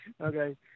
Okay